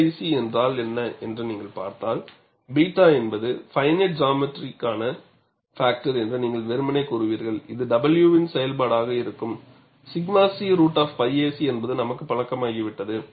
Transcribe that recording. KIC என்றால் என்ன என்று நீங்கள் பார்த்தால் 𝜷 என்பது ஃபினிட் ஜாமெட்ரிக்கான பாக்டர் என்று நீங்கள் வெறுமனே கூறுவீர்கள் இது w இன் செயல்பாடாக இருக்கும் 𝛔 c √𝝿ac என்பது நமக்குப் பழக்கமாகிவிட்டது